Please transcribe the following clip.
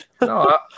No